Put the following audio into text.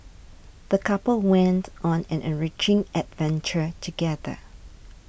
the couple went on an enriching adventure together